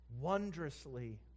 wondrously